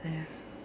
!hais!